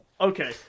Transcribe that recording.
okay